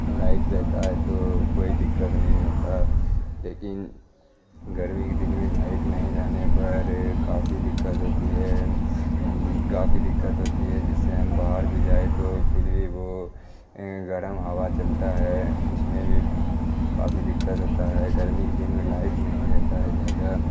light رہتا ہے تو کوئی دقت نہیں ہوتا لیکن گرمی کے دن میں لائٹ نہیں رہنے پر کافی دقت ہوتی ہے کافی دقت ہوتی ہے جس سے ہم باہر بھی جائے تو پھر بھی وہ گرم ہوا چلتا ہے اس میں بھی کافی دقت ہوتا ہے گرمی کے دن میں لائٹ نہیں رہتا ہے زیادہ